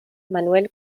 manuel